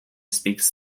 speaks